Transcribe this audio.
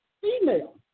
female